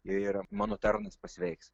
ir mano tarnas pasveiks